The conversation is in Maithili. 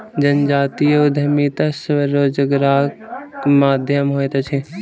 संजातीय उद्यमिता स्वरोजगारक माध्यम होइत अछि